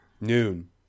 Noon